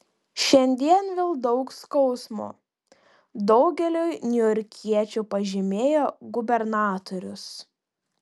šiandien vėl daug skausmo daugeliui niujorkiečių pažymėjo gubernatorius